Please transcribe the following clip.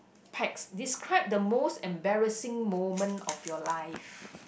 pax describe the most embarrassing moment of your life